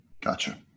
Gotcha